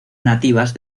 nativas